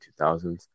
2000s